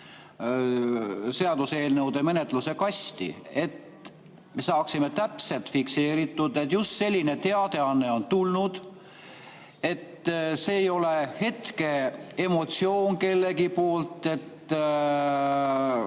seaduseelnõude menetluse kasti. Me saaksime täpselt fikseeritud, et just selline teadaanne on tulnud, et see ei ole hetkeemotsioon kellegi poolt, et